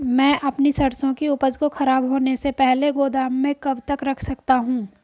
मैं अपनी सरसों की उपज को खराब होने से पहले गोदाम में कब तक रख सकता हूँ?